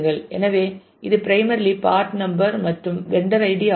எனவே இது primarily part number மற்றும் வெண்டர் ஐடி ஆகும்